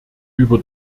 über